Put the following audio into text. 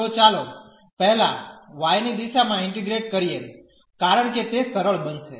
તો ચાલો પહેલા y ની દિશામાં ઇન્ટીગ્રેટ કરીએ કારણ કે તે સરળ બનશે